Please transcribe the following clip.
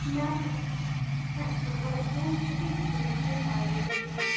না ম্যাম হ্যাঁ হ্যাঁ আমার বোন থেকে পারবো করতে